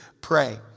pray